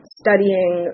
studying